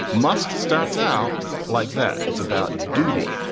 must starts out like that. it's about duty.